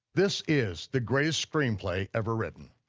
this is the greatest screenplay ever written,